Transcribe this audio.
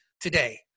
today